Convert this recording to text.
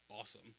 awesome